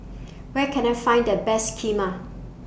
Where Can I Find The Best Kheema